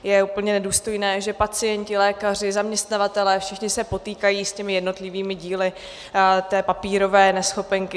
Je úplně nedůstojné, že pacienti, lékaři, zaměstnavatelé, všichni se potýkají s těmi jednotlivými díly té papírové neschopenky.